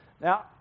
Now